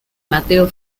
mateo